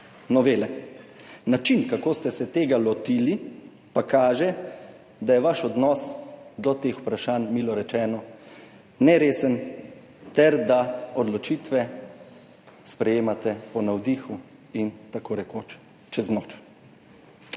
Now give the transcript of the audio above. novele. Način, kako ste se tega lotili, pa kaže, da je vaš odnos do teh vprašanj milo rečeno neresen ter da odločitve sprejemate po navdihu in tako rekoč čez noč.